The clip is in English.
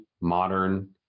modern